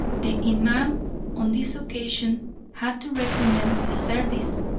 the imam on this occasion had to recommence the service!